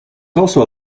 also